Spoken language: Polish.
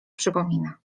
przypomina